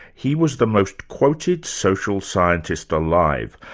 he was the most quoted social scientist alive,